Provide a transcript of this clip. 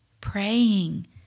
praying